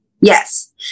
Yes